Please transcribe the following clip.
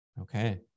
Okay